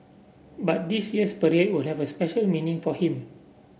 but this year's parade will have special meaning for him